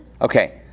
Okay